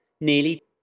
nearly